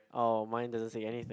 oh mine doesn't say anything